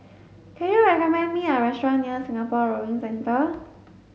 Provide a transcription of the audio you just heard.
can you recommend me a restaurant near Singapore Rowing Centre